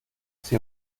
sie